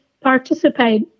participate